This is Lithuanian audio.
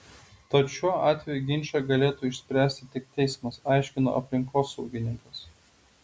tad šiuo atveju ginčą galėtų išspręsti tik teismas aiškino aplinkosaugininkas